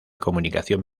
comunicación